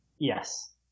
Yes